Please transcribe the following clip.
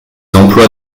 emplois